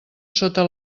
sota